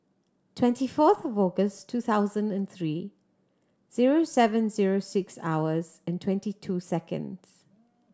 twenty fourth August two thousand and three zero seven zero six hours and twenty two seconds